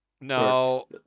No